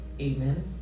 amen